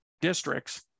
districts